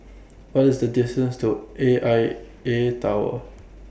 What IS The distance to A I A Tower